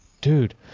Dude